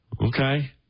Okay